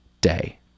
Day